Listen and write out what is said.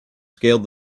scaled